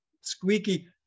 squeaky